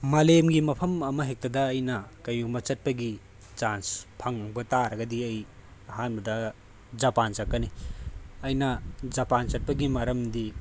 ꯃꯥꯂꯦꯝꯒꯤ ꯃꯐꯝ ꯑꯃꯍꯦꯛꯇꯥꯗ ꯑꯩꯅ ꯀꯩꯒꯨꯝꯕ ꯆꯠꯄꯒꯤ ꯆꯥꯟꯁ ꯐꯪꯕ ꯇꯔꯒꯗꯤ ꯑꯩ ꯑꯍꯥꯟꯕꯗ ꯖꯄꯥꯟ ꯆꯠꯀꯅꯤ ꯑꯩꯅ ꯖꯄꯥꯟ ꯆꯠꯄꯒꯤ ꯃꯔꯝꯗꯤ